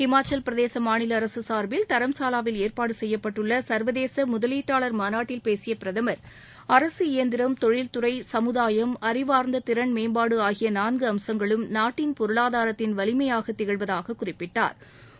இமாச்சலப்பிரதேச மாநில அரசு சாா்பில் தரம்ஷாவாவில் ஏற்பாடு செய்யப்பட்டுள்ள சா்வதேச முதலீட்டாளர் மாநாட்டில் பேசிய பிரதமர் அரசு இயந்திரம் தொழில் துறை சமுதாயம் அறிவார்ந்த திறன்மேம்பாடு ஆகிய நான்கு அம்சங்களும் நாட்டின் பொருளாதாரத்தின் வலிமயாக திகழ்வதாக குறிப்பிட்டா்